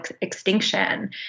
extinction